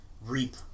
reap